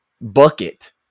bucket